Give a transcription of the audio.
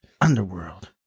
Underworld